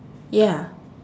ya